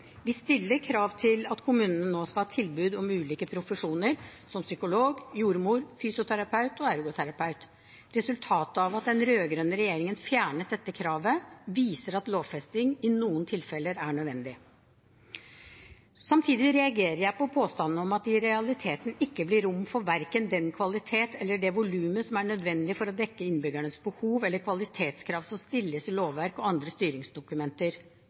Vi stiller krav til at kommunene nå skal ha tilbud om ulike profesjoner som psykolog, jordmor, fysioterapeut og ergoterapeut. Resultatet av at den rød-grønne regjeringen fjernet dette kravet, viser at lovfesting i noen tilfeller er nødvendig. Samtidig reagerer jeg på påstanden om at det i realiteten ikke blir rom for verken den kvaliteten eller det volumet som er nødvendig for å dekke innbyggernes behov eller kvalitetskrav som stilles i lovverk og andre styringsdokumenter.